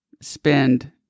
spend